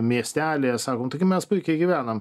miestelyje sako nu taigi mes puikiai gyvenam